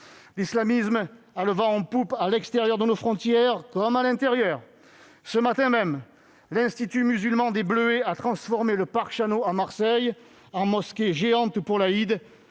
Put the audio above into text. L'islamisme a le vent en poupe à l'extérieur de nos frontières, comme à l'intérieur. Ce matin même, l'Institut musulman des Bleuets a transformé le parc Chanot, à Marseille, en mosquée géante pour l'Aïd